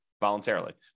voluntarily